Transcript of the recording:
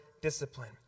discipline